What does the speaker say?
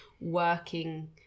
working